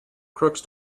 crooks